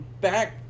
back